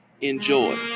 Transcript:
enjoy